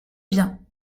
bien